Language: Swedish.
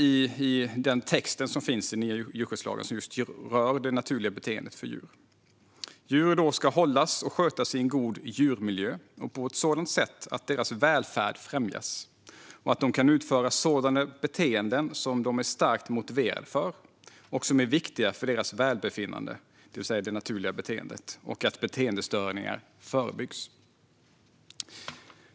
I texten som finns i den nya djurskyddslagen och som rör det naturliga beteendet för djur står det att djur ska hållas och skötas i en god djurmiljö och på ett sådant sätt att deras välfärd främjas, att de kan utföra sådana beteenden som de är starkt motiverade för och som är viktiga för deras välbefinnande, det vill säga det naturliga beteendet, och att beteendestörningar förebyggs.